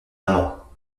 amant